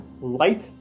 light